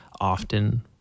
often